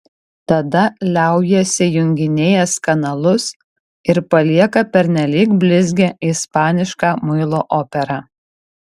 tada liaujasi junginėjęs kanalus ir palieka pernelyg blizgią ispanišką muilo operą